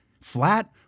Flat